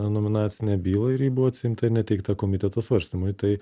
nominacinę bylą ir ji buvo atsiimta ir neteikta komiteto svarstymui tai